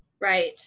Right